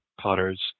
Potters